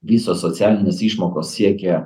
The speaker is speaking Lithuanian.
visos socialinės išmokos siekė